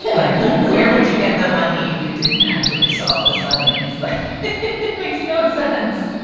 like where would you get the money if you didn't actually solve the science? like it it makes no sense